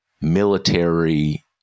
military